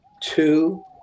two